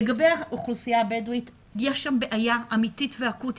לגבי האוכלוסייה הבדואית יש שם בעיה אמיתית ואקוטית.